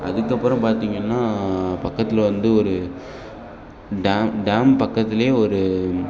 அதுக்கப்புறம் பார்த்தீங்கன்னா பக்கத்தில் வந்து ஒரு டேம் டேம் பக்கத்திலயே ஒரு